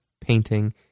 painting